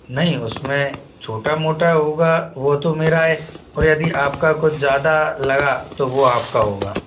नहीं उसमें छोटा मोटा होगा वो तो मेरा है पर यदि आपका कुछ ज़्यादा लगा तो वो आपका होगा